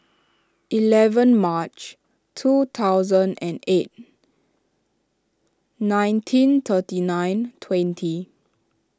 eleven March two thousand and eight nineteen thirty nine twenty